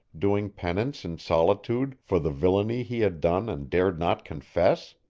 doing penance in solitude for the villainy he had done and dared not confess?